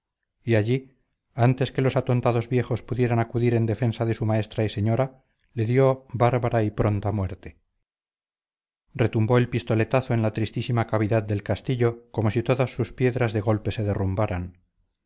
y allí antes que los atontados viejos pudieran acudir en defensa de su maestra y señora le dio bárbara y pronta muerte retumbó el pistoletazo en la tristísima cavidad del castillo como si todas sus piedras de golpe se derrumbaran